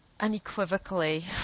unequivocally